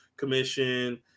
commission